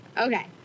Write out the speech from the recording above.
Okay